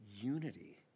unity